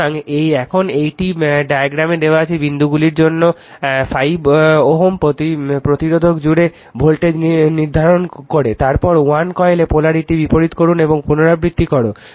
সুতরাং এখন এটি ডায়াগ্রামে দেওয়া বিন্দুগুলির জন্য 5 Ω প্রতিরোধক জুড়ে ভোল্টেজ নির্ধারণ করে তারপর 1 কয়েলে পোলারিটি বিপরীত করুন এবং পুনরাবৃত্তি করো